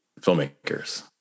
filmmakers